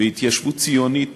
והתיישבות ציונית